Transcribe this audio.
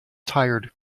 tired